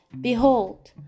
Behold